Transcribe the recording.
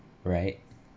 alright